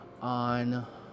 on